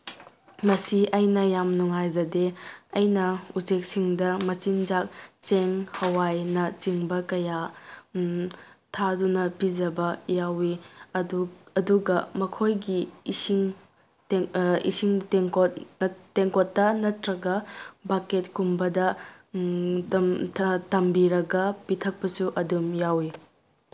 ꯃꯁꯤ ꯑꯩꯅ ꯌꯥꯝ ꯅꯨꯡꯉꯥꯏꯖꯗꯦ ꯑꯩꯅ ꯎꯆꯦꯛꯁꯤꯡꯗ ꯃꯆꯤꯟꯖꯥꯛ ꯆꯦꯡ ꯍꯋꯥꯏꯅꯆꯤꯡꯕ ꯀꯌꯥ ꯊꯥꯗꯨꯅ ꯄꯤꯖꯕ ꯌꯥꯎꯋꯤ ꯑꯗꯨꯒ ꯃꯈꯣꯏꯒꯤ ꯏꯁꯤꯡ ꯏꯁꯤꯡ ꯇꯦꯡꯀꯣꯠ ꯇꯦꯡꯀꯣꯠꯇ ꯅꯠꯇ꯭ꯔꯒ ꯕꯛꯀꯦꯠꯀꯨꯝꯕꯗ ꯊꯝꯕꯤꯔꯒ ꯄꯤꯊꯛꯄꯁꯨ ꯑꯗꯨꯝ ꯌꯥꯎꯋꯤ